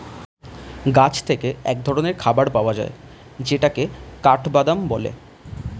গাছ থেকে এক ধরনের খাবার পাওয়া যায় যেটাকে কাঠবাদাম বলে